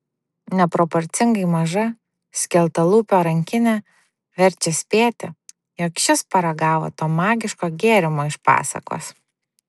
neproporcingai maža skeltalūpio rankinė verčia spėti jog šis paragavo to magiško gėrimo iš pasakos